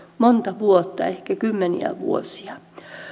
monta vuotta ehkä kymmeniä vuosia